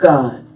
God